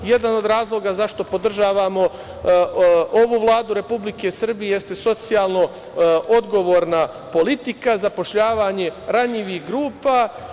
Jedan od razloga zašto podržavamo ovu Vladu Republike Srbije jeste socijalno odgovorna politika, zapošljavanje ranjivih grupa.